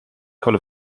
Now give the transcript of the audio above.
call